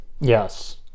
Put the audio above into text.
Yes